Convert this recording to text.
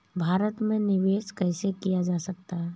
भारत में निवेश कैसे किया जा सकता है?